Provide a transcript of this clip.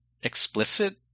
explicit